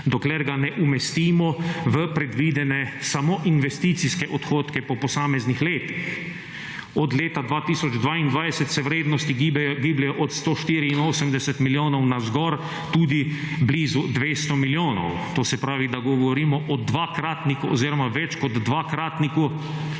dokler ga ne umestimo v predvidene samo investicijske odhodke po posameznih letih. Od leta 2022 se vrednosti gibljejo od 184 milijonov navzgor, tudi blizu 200 milijonov. To se pravi, da govorimo o dvakratniku oziroma več kot dvakratniku